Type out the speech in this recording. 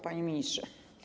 Panie Ministrze!